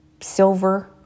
silver